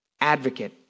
advocate